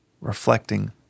reflecting